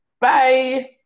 Bye